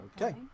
Okay